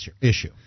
issue